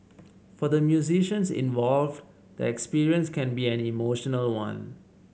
for the musicians involved the experience can be an emotional one